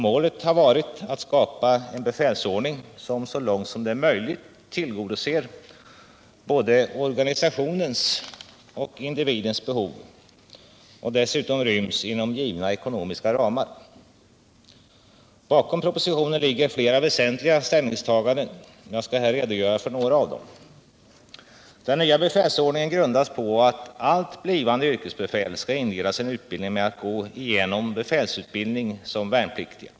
Målet har varit att skapa en befälsordning som så långt som det är möjligt tillgodoser både organisationens och individens behov och dessutom ryms inom givna ekonomiska ramar. Bakom propositionen ligger flera väsentliga ställningstaganden, och jag skall här redogöra för några av dem. Den nya befälsordningen grundas på att allt blivande yrkesbefäl skall inleda sin utbildning med att gå igenom befälsutbildning som värnpliktiga.